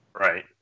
Right